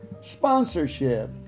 Sponsorship